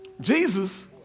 Jesus